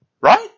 right